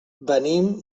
venim